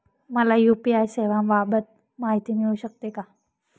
मला यू.पी.आय सेवांबाबत माहिती मिळू शकते का?